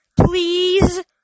Please